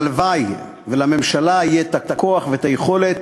הלוואי שלממשלה יהיו הכוח והיכולת